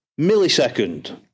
millisecond